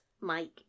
Mike